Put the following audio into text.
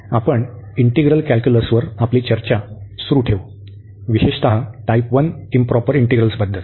आणि आपण इंटीग्रल कॅल्क्युलसवर आपली चर्चा सुरू ठेवू विशेषतः टाइप 1 इंप्रॉपर इंटीग्रलसबद्दल